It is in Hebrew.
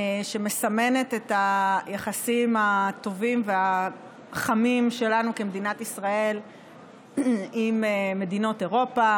שמסמנת את היחסים הטובים והחמים שלנו כמדינת ישראל עם מדינות אירופה,